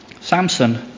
Samson